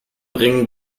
ring